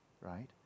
right